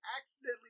accidentally